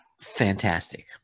fantastic